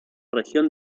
región